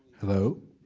hello.